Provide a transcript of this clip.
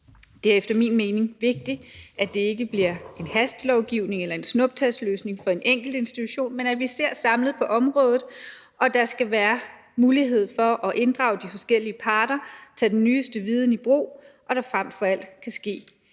Det er efter min mening vigtigt, at det ikke bliver en hastelovgivning eller en snuptagsløsning for en enkelt institution, men at vi ser samlet på området. Der skal være mulighed for at inddrage de forskellige parter og tage den nyeste viden i brug, og der skal frem for alt kunne ske